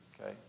okay